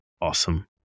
Awesome